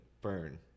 burn